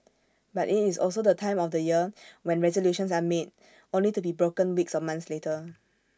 but IT is also the time of year when resolutions are made only to be broken weeks or months later